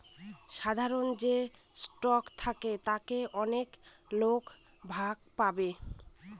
সাধারন যে স্টক থাকে তাতে অনেক লোক ভাগ পাবে